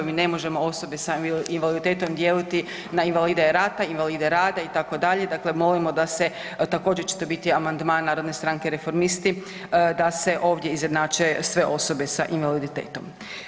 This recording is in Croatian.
Mi ne možemo osobe s invaliditetom dijeliti na invalide rata, invalide rada itd., dakle molimo da se također će to biti amandman Narodne stranke reformisti, da se ovdje izjednače sve osobe s invaliditetom.